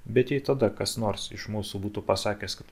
bet jei tada kas nors iš mūsų būtų pasakęs kad